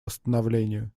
восстановлению